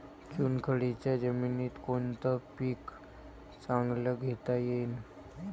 चुनखडीच्या जमीनीत कोनतं पीक चांगलं घेता येईन?